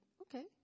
Okay